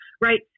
Right